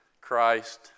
Christ